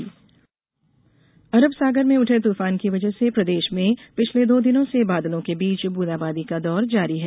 मौसम अरब सागर में उठे तूफान की वजह से प्रदेष में पिछले दो दिनों से बादलों के बीच बूंदा बांदी का दौर जारी है